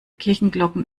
kirchenglocken